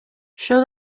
show